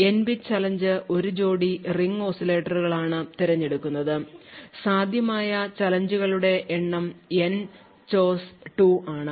N bit challenge ഒരു ജോഡി ring ഓസിലേറ്ററുകളാണ് തിരഞ്ഞെടുക്കുന്നത് സാധ്യമായ ചാലഞ്ച് കളുടെ എണ്ണം N chose 2 ആണ്